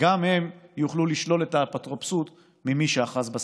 גם הן יוכלו לשלול את האפוטרופסות ממי שאחז בסכין.